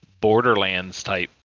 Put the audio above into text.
Borderlands-type